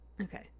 okay